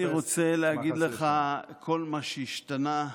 אינני רוצה להגיד לך כל מה שהשתנה.